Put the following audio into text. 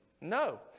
No